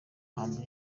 humble